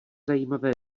zajímavé